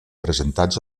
presentats